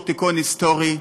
הוא תיקון היסטורי,